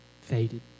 faded